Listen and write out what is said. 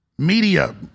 Media